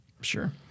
Sure